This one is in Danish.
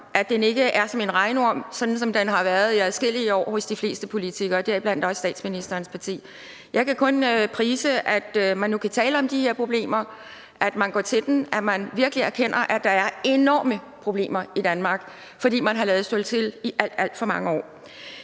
at den ikke er som en regnorm, sådan som den har været i adskillige år hos de fleste politikere, deriblandt også dem i statsministerens parti. Jeg kan kun prise, at man nu kan tale om de her problemer; at man går til den; at man virkelig erkender, at der er enorme problemer i Danmark, fordi man har ladet stå til i alt, alt for mange år.